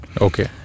Okay